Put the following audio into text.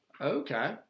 Okay